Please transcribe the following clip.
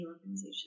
organization